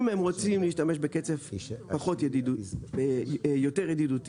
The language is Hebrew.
אם הם רוצים להשתמש בקצף יותר ידידותי --- לא,